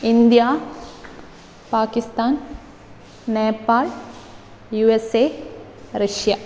India Pakistan Nepal USA Russia